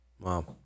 Wow